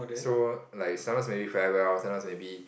so like sometimes maybe farewell sometimes maybe